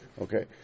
Okay